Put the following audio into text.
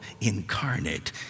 incarnate